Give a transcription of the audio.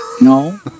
No